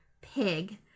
Pig